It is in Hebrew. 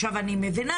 עכשיו אני מבינה,